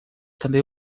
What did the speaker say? també